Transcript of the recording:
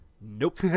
Nope